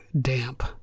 Damp